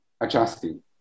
adjusting